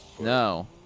No